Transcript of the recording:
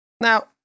Now